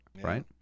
right